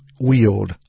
wield